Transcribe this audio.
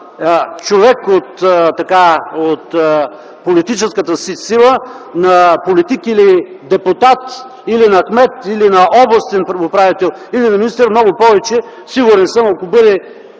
човек от политическата си сила, на политик или депутат, или на кмет, или на областен управител, или на министър много повече - сигурен съм, ако бъде